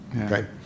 okay